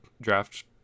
draft